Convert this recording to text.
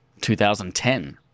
2010